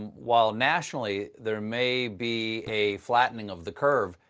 while, nationally, there may be a flattening of the curve,